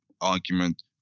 argument